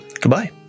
goodbye